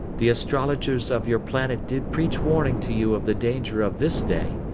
the astrologers of your planet did preach warning to you of the danger of this day,